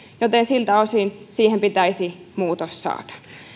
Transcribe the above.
joten siltä osin siihen pitäisi muutos saada